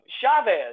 Chavez